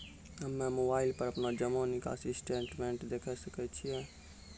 हम्मय मोबाइल पर अपनो जमा निकासी स्टेटमेंट देखय सकय छियै?